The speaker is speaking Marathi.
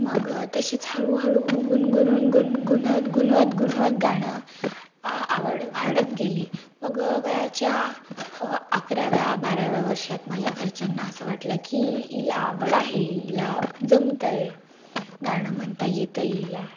मग तशीच हळूहळू गुणगुणून गुण गुणव गुणवत गुणवत गाणं आ आवड वाढत गेली मग वयाच्या अकराव्या बाराव्या वर्षात माझ्या घरच्यांना असं वाटलं की हि हिला आवड आहे हिला जमतं आहे गाणं म्हणता येतं आहे हिला